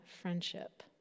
friendship